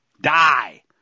die